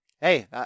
Hey